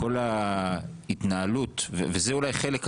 וזה אולי חלק,